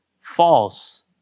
False